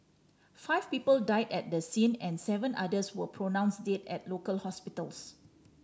five people died at the scene and seven others were pronounce dead at local hospitals